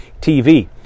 TV